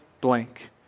blank